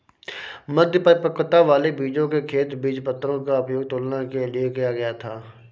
मध्य परिपक्वता वाले बीजों के खेत बीजपत्रों का उपयोग तुलना के लिए किया गया था